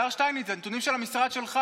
השנה, השר שטייניץ, אלה הנתונים של המשרד שלך.